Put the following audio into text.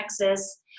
Texas